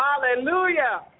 hallelujah